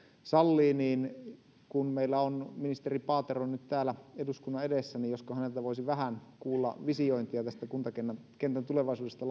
sallii niin kun meillä on ministeri paatero nyt täällä eduskunnan edessä niin josko häneltä voisi vähän kuulla visiointia tästä kuntakentän tulevaisuudesta